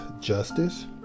justice